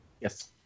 yes